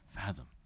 fathom